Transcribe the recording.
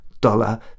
dollar